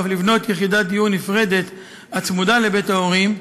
ואף לבנות יחידת דיור נפרדת הצמודה לבית ההורים,